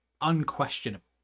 unquestionable